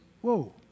Whoa